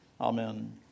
Amen